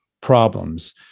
problems